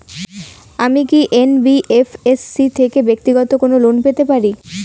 আমি কি এন.বি.এফ.এস.সি থেকে ব্যাক্তিগত কোনো লোন পেতে পারি?